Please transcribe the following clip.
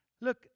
look